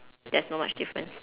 there's not much difference